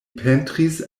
pentris